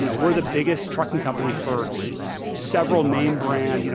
you know we're the biggest trucking company for several name brands, you know